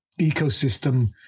ecosystem